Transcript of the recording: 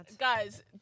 Guys